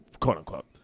quote-unquote